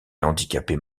handicapés